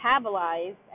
metabolized